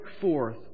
forth